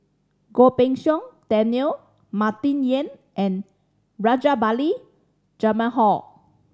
Goh Pei Siong Daniel Martin Yan and Rajabali Jumabhoy